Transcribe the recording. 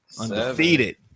undefeated